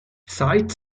seit